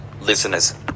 listeners